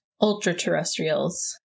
ultra-terrestrials